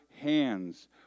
hands